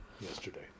yesterday